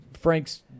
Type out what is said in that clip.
Frank's